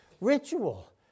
ritual